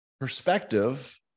perspective